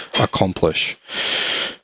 accomplish